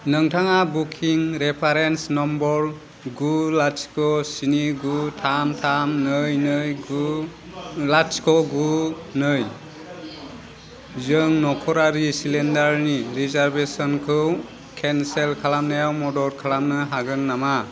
नोंथाङा booking reference number गु लाथिख' स्नि गु थाम थाम नै नै गु लाथिख' गु नै जों नखरारि सिलिदारनि रिजारभेसनखौ केनसेल खालामनायाव मदद खालामनो हागोन नामा